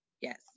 Yes